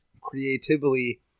creatively